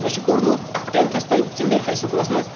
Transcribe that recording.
مےٚ چھُ پوٚرمُت ٹٮ۪نتھس تأم ژمبیر ہاے سکوٗلس منٛز